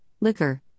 liquor